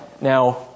now